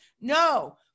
no